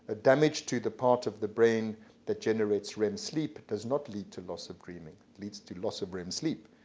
damage to the part of the brain that generates rem sleep does not lead to loss of dreaming it leads to loss of rem sleep.